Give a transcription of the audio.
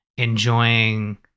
enjoying